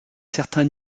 certain